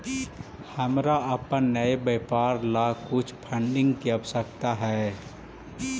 हमारा अपन नए व्यापार ला कुछ फंडिंग की आवश्यकता हई